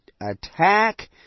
attack